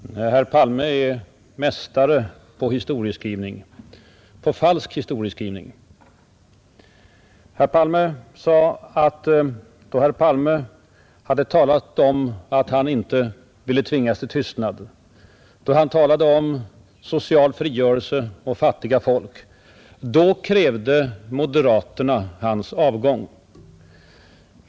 Fru talman! Herr Palme är en mästare på historieskrivning — på falsk historieskrivning. Herr Palme sade att då herr Palme för några år sedan hade talat om att han inte ville bli tvingad till tystnad då han talade om social frigörelse och fattiga folk, då krävde moderaterna hans avgång.